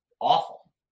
awful